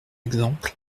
exemple